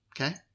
Okay